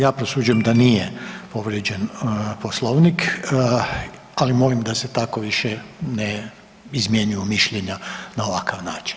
Ja prosuđujem da nije povrijeđen Poslovnik, ali molim da se tako više ne izmjenjuju mišljenja na ovakav način.